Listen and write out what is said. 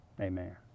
amen